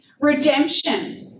redemption